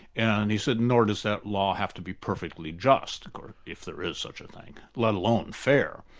and he said nor does that law have to be perfectly just, if there is such a thing, let alone fair.